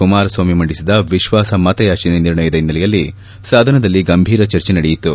ಕುಮಾರಸ್ವಾಮಿ ಮಂಡಿಸಿದ ವಿಶ್ವಾಸಮತಯಾಚನೆ ನಿರ್ಣಯದ ಹಿನ್ನೆಲೆಯಲ್ಲಿ ಸದನದಲ್ಲಿ ಗಂಭೀರ ಚರ್ಚೆ ನಡೆಯಿತು